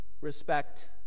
respect